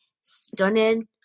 stunning